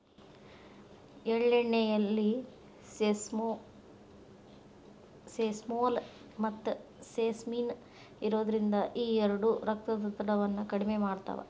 ಎಳ್ಳೆಣ್ಣೆಯಲ್ಲಿ ಸೆಸಮೋಲ್, ಮತ್ತುಸೆಸಮಿನ್ ಇರೋದ್ರಿಂದ ಈ ಎರಡು ರಕ್ತದೊತ್ತಡವನ್ನ ಕಡಿಮೆ ಮಾಡ್ತಾವ